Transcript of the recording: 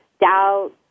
doubt